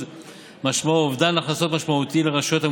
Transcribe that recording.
משמעו אובדן הכנסות משמעותי לרשויות המקומיות,